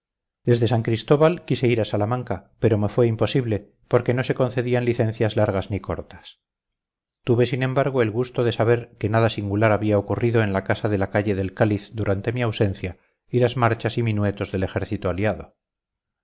desde san cristóbal quise ir a salamanca pero me fue imposible porque no se concedían licencias largas ni cortas tuve sin embargo el gusto de saber que nada singular había ocurrido en la casa de la calle del cáliz durante mi ausencia y las marchas y minuetos del ejército aliado